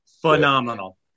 phenomenal